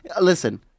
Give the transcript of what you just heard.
Listen